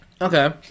Okay